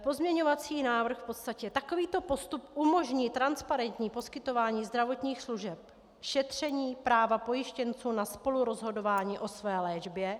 Pozměňovací návrh takovýto postup umožní transparentní postup poskytování zdravotních služeb, šetření práva pojištěnců na spolurozhodování o své léčbě.